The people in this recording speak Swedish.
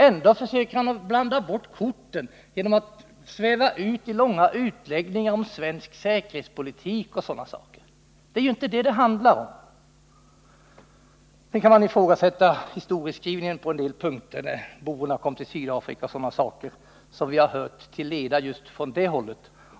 Ändå försöker han blanda bort korten genom långa utläggningar om svensk säkerhetspolitik och sådana saker. Det är inte det det handlar om! Sedan kan man också ifrågasätta Allan Hernelius historieskrivning på en del punkter, t.ex. när boerna kom till Sydafrika och sådana saker, som vi hört till leda från det hållet.